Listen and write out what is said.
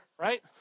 right